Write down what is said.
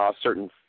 certain